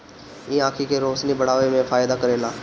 इ आंखी के रोशनी बढ़ावे में फायदा करेला